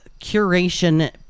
curation